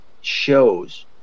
shows